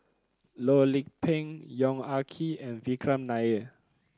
Loh Lik Peng Yong Ah Kee and Vikram Nair